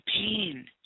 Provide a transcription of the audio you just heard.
pain